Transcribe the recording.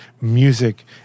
music